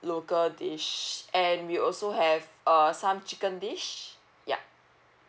local dish and we also have uh some chicken dish ya